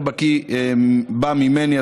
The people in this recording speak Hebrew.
יותר בקי בה ממני,